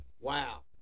wow